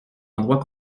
endroit